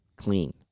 Clean